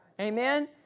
Amen